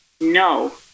No